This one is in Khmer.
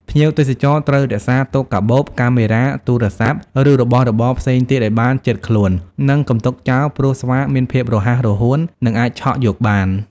ភ្ញៀវទេសចរ ត្រូវរក្សាទុកកាបូប កាមេរ៉ា ទូរសព្ទ ឬរបស់របរផ្សេងទៀតឱ្យបានជិតខ្លួន និងកុំទុកចោលព្រោះស្វាមានភាពរហ័សរហួន និងអាចឆក់យកបាន។